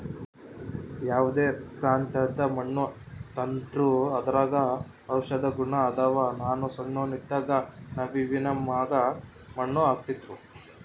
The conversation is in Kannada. ಯಾವ್ದೇ ಪ್ರಾಂತ್ಯದ ಮಣ್ಣು ತಾಂಡ್ರೂ ಅದರಾಗ ಔಷದ ಗುಣ ಅದಾವ, ನಾನು ಸಣ್ಣೋನ್ ಇದ್ದಾಗ ನವ್ವಿನ ಮ್ಯಾಗ ಮಣ್ಣು ಹಾಕ್ತಿದ್ರು